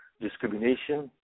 discrimination